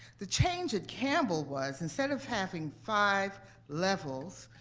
the change at campbell was instead of having five levels,